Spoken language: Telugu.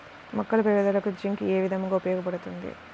మొక్కల పెరుగుదలకు జింక్ ఏ విధముగా ఉపయోగపడుతుంది?